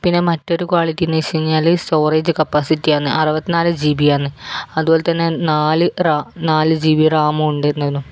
പിന്നെ മറ്റൊരു ക്വാളിറ്റി എന്ന് വച്ച് കഴിഞ്ഞാല് സ്റ്റോറേജ് കപ്പാസിറ്റിയാന്ന് അറുപത്തിനാല് ജി ബി ആണ് അതുപോലെ തന്നെ നാല് റാ നാല് ജി ബി റാമും ഉണ്ടെന്നതാണ്